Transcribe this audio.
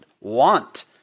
want